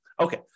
Okay